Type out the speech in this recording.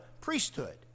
priesthood